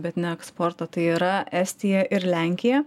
bet ne eksporto tai yra estija ir lenkija